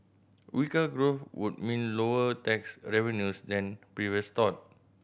weaker growth would mean lower tax revenues than previous thought